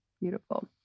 Beautiful